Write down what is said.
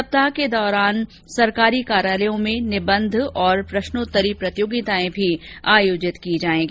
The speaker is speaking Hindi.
सप्ताह के दौरान सरकारी कार्यालयों में निबंध और प्रश्नोत्तरी प्रतियोगिताएं भी आयोजित की जाएगी